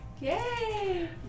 yay